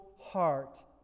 heart